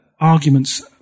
arguments